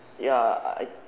ya I